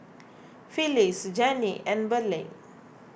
Phylis Gennie and Burleigh